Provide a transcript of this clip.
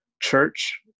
church